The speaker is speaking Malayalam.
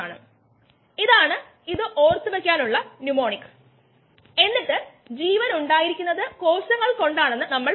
എന്നാൽ അത് നോക്കുന്നതിന് മുമ്പ് നമുക്ക് എൻസൈമുകൾ നോക്കാം